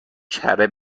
کره